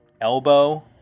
Elbow